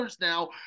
now